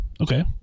okay